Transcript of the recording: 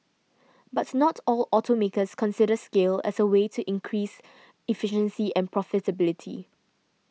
but not all automakers consider scale as a way to increased efficiency and profitability